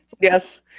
Yes